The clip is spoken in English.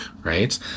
right